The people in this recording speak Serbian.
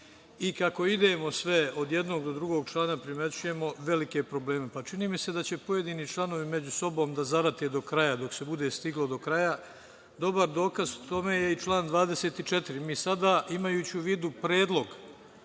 Kako idemo sve od jednog do drugog člana, primećujemo velike probleme. Čini mi se da će pojedini članovi među sobom da zarate i do kraja, dok se bude stiglo da kraja. Dobar dokaz tome je i član 24. Mi sada, imajući u vidu Predlog,